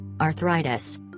Arthritis